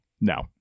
No